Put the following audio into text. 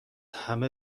همه